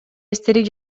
эстелик